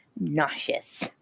nauseous